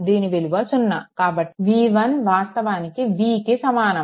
దీని విలువ 0 కాబట్టి v1 వాస్తవానికి v కి సమానం